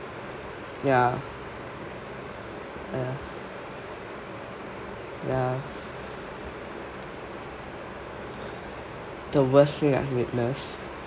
ya uh ya the worst thing I have witness